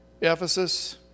Ephesus